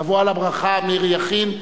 תבוא על הברכה מירי יכין.